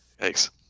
Thanks